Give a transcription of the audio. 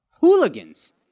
hooligans